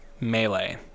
Melee